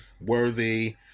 Worthy